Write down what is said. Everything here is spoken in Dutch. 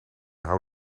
hou